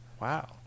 Wow